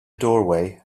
doorway